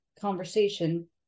conversation